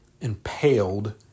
impaled